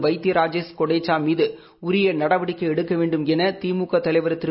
வைத்திய ராஜேஷ் னொடேச்சா மீது உரிய நடவடிக்கை எடுக்க வேண்டும் என திமுக தலைவர் திரு